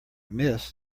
miss